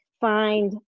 find